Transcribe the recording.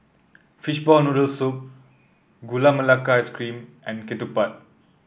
Fishball Noodle Soup Gula Melaka Ice Cream and ketupat